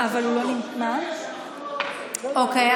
אוקיי,